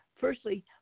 firstly